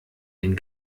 den